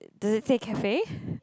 does it say cafe